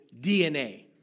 DNA